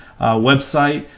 website